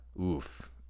Oof